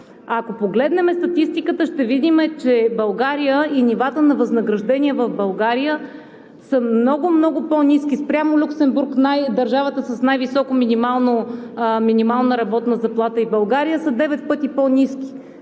Ако погледнем статистиката, ще видим, че нивата на възнагражденията в България са много, много по-ниски спрямо Люксембург – държавата с най-висока минимална работна заплата –девет пъти по-ниски.